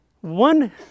one